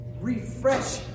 refresh